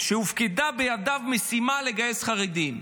שהופקדה בידו משימה לגייס חרדים.